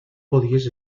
podies